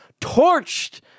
torched